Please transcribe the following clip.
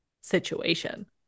situation